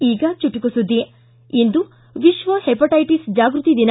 ಈಗ ಚುಟುಕು ಸುದ್ದಿ ಇಂದು ವಿಶ್ವ ಹೆಪಟೈಟಿಸ್ ಜಾಗೃತಿ ದಿನ